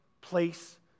place